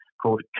called